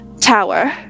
Tower